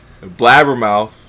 Blabbermouth